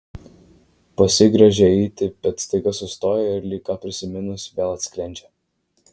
pasigręžia eiti bet staiga sustoja ir lyg ką prisiminus vėl atsklendžia